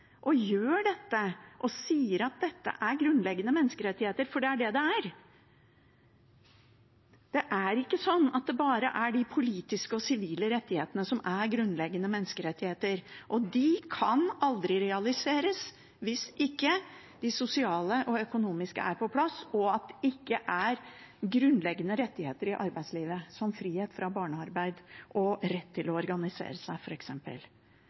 gjør dette og sier at dette er grunnleggende menneskerettigheter, for det er det det er. Det er ikke sånn at det bare er de politiske og sivile rettighetene som er grunnleggende menneskerettigheter. De kan aldri realiseres hvis ikke det sosiale og økonomiske er på plass og det er grunnleggende rettigheter i arbeidslivet, som frihet fra barnearbeid og rett til å organisere seg,